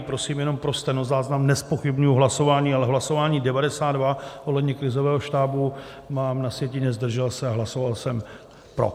Prosím, jenom pro stenozáznam, nezpochybňuji hlasování, ale hlasování 92 ohledně krizového štábu, mám na sjetině zdržel se, a hlasoval jsem pro.